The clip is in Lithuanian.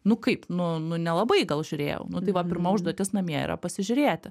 nu kaip nu nu nelabai gal žiūrėjau nu tai va pirma užduotis namie yra pasižiūrėti